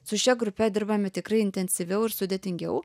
su šia grupe dirbam tikrai intensyviau ir sudėtingiau